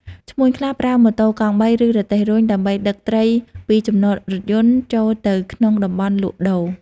ឈ្មួញខ្លះប្រើ ម៉ូតូកង់បី ឬរទេះរុញដើម្បីដឹកត្រីពីចំណតរថយន្តចូលទៅក្នុងតំបន់លក់ដូរ។